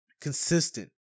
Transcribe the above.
consistent